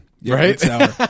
Right